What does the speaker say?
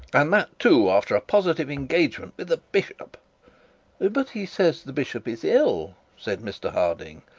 and that too, after a positive engagement with the bishop but he says the bishop is ill said mr harding.